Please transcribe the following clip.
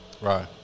Right